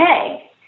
okay